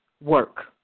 work